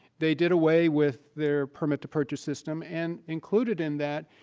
they did away with their permit-to-purchase system and included in that,